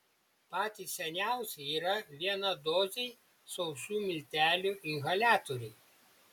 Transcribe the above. patys seniausi yra vienadoziai sausų miltelių inhaliatoriai